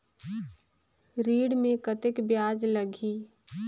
ऋण मे कतेक ब्याज लगही?